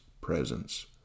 presence